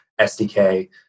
SDK